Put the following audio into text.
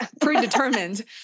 predetermined